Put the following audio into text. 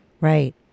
Right